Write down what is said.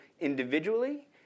individually